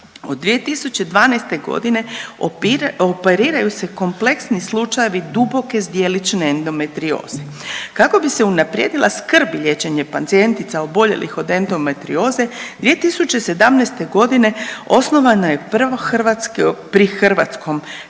Od 2012. g. operiraju se kompleksni slučajevi duboke zdjelične endometrioze. Kako bi se unaprijedila skrb i liječenje pacijentica oboljelih od endometrioze, 2017. g. osnovana je prvo hrvatsko, pri Hrvatskom liječničkom